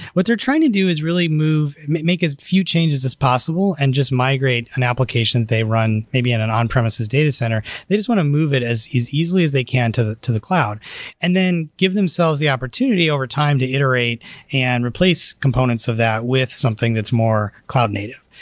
what they're trying to do is really move make as few changes as possible and just migrate an application they run maybe in an on-premises data center. they just want to move it as easily as they can to to the cloud and then give themselves the opportunity overtime to iterate and replace components of that with something that's more cloud native.